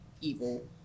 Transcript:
evil